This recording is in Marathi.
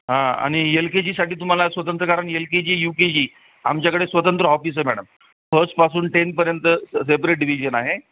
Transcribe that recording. हां आणि येल के जीसाठी तुम्हाला स्वतंत्र कारण L K G U K G आमच्याकडे स्वतंत्र ऑफिस आहे मॅडम फस्टपासून टेनपर्यंत सेपरेट डिविजन आहे